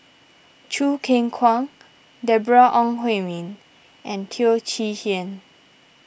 Choo Keng Kwang Deborah Ong Hui Min and Teo Chee Hean